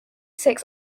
six